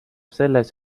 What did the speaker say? selles